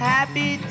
Happy